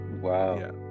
Wow